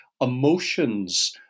emotions